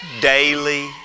daily